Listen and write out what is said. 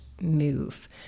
move